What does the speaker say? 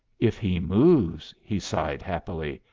if he moves, he sighed happily,